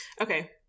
Okay